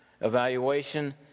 evaluation